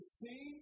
see